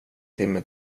timme